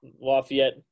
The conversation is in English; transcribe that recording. Lafayette